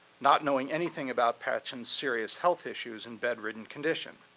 not knowing anything about patchen's serious health issues and bedridden condition.